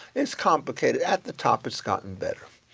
it's complicated, at the top it's got and better.